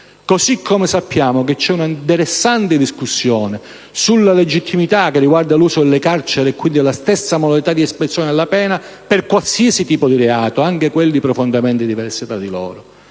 Così come sappiamo che c'è una interessante discussione sulla legittimità dell'uso delle carceri, e quindi della stessa modalità di espiazione della pena, per qualsiasi tipo di reato, anche quelli profondamente diversi tra di loro.